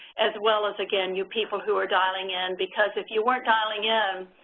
as well as, again, you people who are dialing in. because if you weren't dialing in,